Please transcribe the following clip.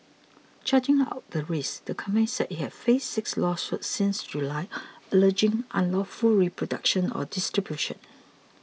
charting out the risks the company said it had faced six lawsuits since July alleging unlawful reproduction or distribution